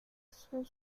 son